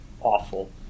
awful